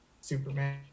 Superman